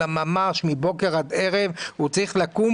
אלא ממש מבוקר עד ערב הוא צריך לקום,